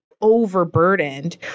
overburdened